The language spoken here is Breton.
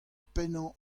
pennañ